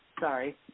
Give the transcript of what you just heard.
Sorry